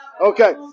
Okay